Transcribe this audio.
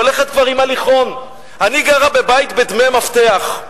שהולכת כבר עם הליכון: אני גרה בבית בדמי מפתח,